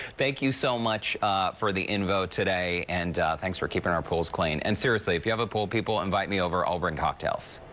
thank you so much for the info today and thanks for keeping our pools clean. and seriously, if you have a pool, people, invite me over. i'll bring cocktails.